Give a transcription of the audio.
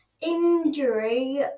injury